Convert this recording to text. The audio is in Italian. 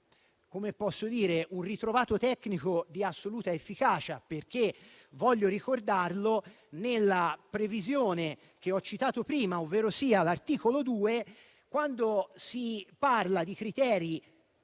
Ci sembra un ritrovato tecnico di assoluta efficacia, perché voglio ricordare che nella previsione che ho citato prima, ovvero l'articolo 2, quando si parla di criteri